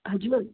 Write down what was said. हजुर